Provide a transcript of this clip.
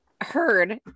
heard